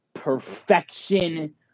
perfection